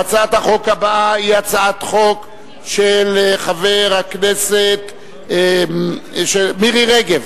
והצעת החוק הבאה היא הצעת חוק של חברת הכנסת מירי רגב.